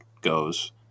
goes